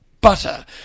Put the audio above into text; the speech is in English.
Butter